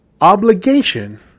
obligation